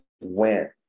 went